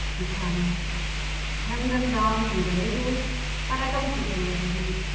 you can hem them down with a needle but i don't think there is a need.